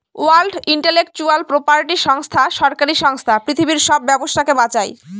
world intellectual property সংস্থা সরকারি সংস্থা পৃথিবীর সব ব্যবসাকে বাঁচায়